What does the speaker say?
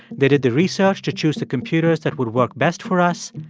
they did the research to choose the computers that would work best for us,